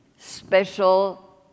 special